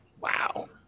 wow